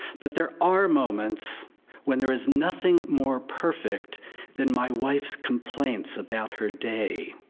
but there are moments when there is nothing more perfect than my wife's complaints about her day.